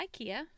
Ikea